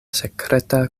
sekreta